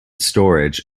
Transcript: storage